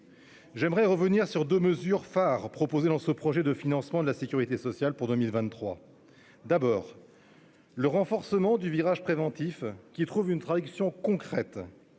J'aimerais revenir sur deux mesures phares proposées dans ce projet de loi de financement de la sécurité sociale pour 2023. La première est le renforcement du virage préventif, qui trouve une traduction concrète